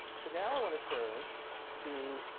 so now i want to turn to